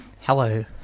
hello